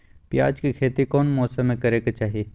प्याज के खेती कौन मौसम में करे के चाही?